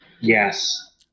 Yes